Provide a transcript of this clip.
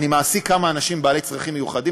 אני מעסיק כמה אנשים בעלי צרכים מיוחדים,